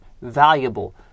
valuable